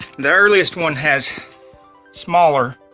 the earliest one has smaller